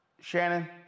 Shannon